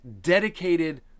dedicated